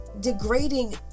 degrading